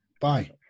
bye